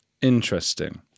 Interesting